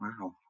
Wow